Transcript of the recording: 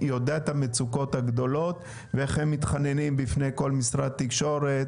יודע את המצוקות הגדולות ואיך הם מתחננים בפני משרד התקשורת